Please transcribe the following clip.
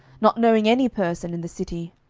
not knowing any person in the city.